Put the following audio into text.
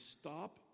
stop